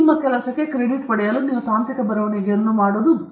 ನಿಮ್ಮ ಕೆಲಸಕ್ಕೆ ಕ್ರೆಡಿಟ್ ಪಡೆಯಲು ನೀವು ತಾಂತ್ರಿಕ ಬರವಣಿಗೆಯನ್ನು ಮಾಡುವ ಮುಖ್ಯ ಕಾರಣ